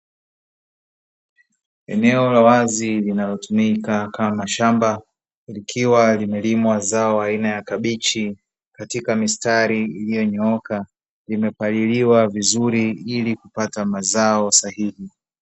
Eneo la wazi linalotumika kama shamba, likiwa limelimwa zao aina ya kabichi katika mistari iliyonyooka, limepaliliwa vizuri ili kupata mazao sahihi.